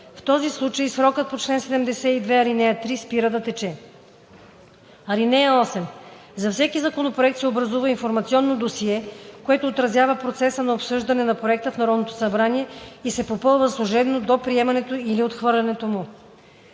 В този случай срокът по чл. 72, ал. 3 спира да тече. (8) За всеки законопроект се образува информационно досие, което отразява процеса на обсъждане на проекта в Народното събрание и се попълва служебно до приемането или отхвърлянето му.“